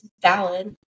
valid